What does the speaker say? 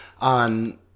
on